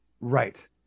Right